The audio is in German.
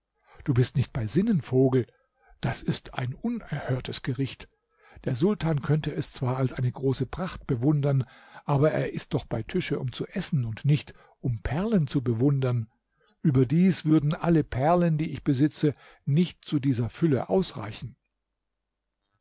du bist nicht bei sinnen vogel das ist ein unerhörtes gericht der sultan könnte es zwar als eine große pracht bewundern aber er ist doch bei tische um zu essen und nicht um perlen zu bewundern überdies würden alle perlen die ich besitze nicht zu dieser fülle ausreichen